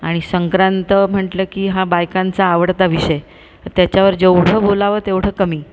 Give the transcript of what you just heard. आणि संक्रांत म्हटलं की हा बायकांचा आवडता विषय त्याच्यावर जेवढं बोलावं तेवढं कमी